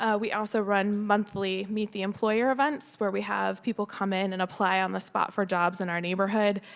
ah we also run monthly meet the employer events where we have people come in and apply on the spot for jobs in our neighborhood.